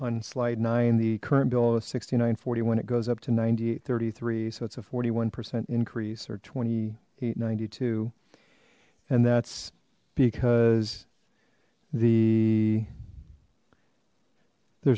on slide nine the current bill of sixty nine forty when it goes up to ninety eight thirty three so it's a forty one percent increase or twenty eight ninety two and that's because the there